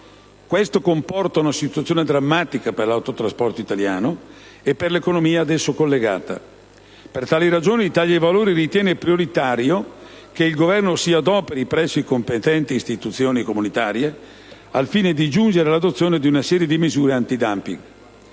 Questo comporta una situazione drammatica per l'autotrasporto italiano e per l'economia ad esso collegata. Per tali ragioni, l'Italia dei Valori ritiene prioritario che il Governo si adoperi presso le competenti istituzioni comunitarie al fine di giungere all'adozione di una serie di misure *antidumping.*